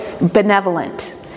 benevolent